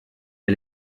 est